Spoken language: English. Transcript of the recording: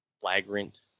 flagrant